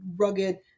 rugged